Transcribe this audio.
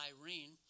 Irene